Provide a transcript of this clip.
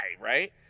right